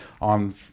on